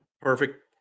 Perfect